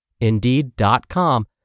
Indeed.com